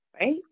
right